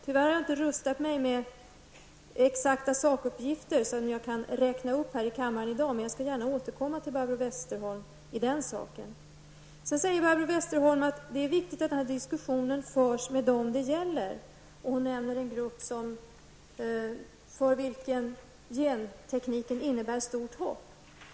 Tyvärr har jag inte rustat mig med exakta sakuppgifter som jag kan redogöra för här i dag, men jag skall gärna återkomma till Barbro Westerholm i denna fråga. Barbro Westerholm sade att det är viktigt att denna diskussion förs med dem som berörs. Hon nämnde en grupp för vilken gentekniken innebär ett stort hopp.